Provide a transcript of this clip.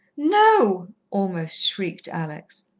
no! almost shrieked alex.